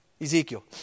Ezekiel